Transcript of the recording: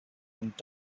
und